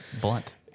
Blunt